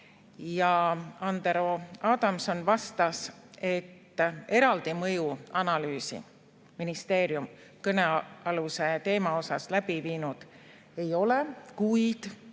Andero Adamson vastas, et eraldi mõjuanalüüsi ministeerium kõnealuse teema osas läbi viinud ei ole, kuid